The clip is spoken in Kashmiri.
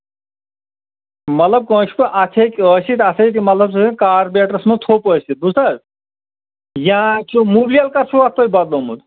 مطلب کٲنسہِ چھُ اَتھ ہیٚکہِ ٲسِتھ اَتھ ہیٚکہِ مطلب کاربوریٹرَس منٛز تھوٚپ ٲسِتھ بوٗزتھٕ حظ یا چھُ مُبلیل کَر چھُو اَتھ تۄہہِ بَدلومُت